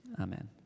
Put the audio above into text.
Amen